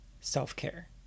self-care